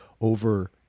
over